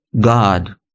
God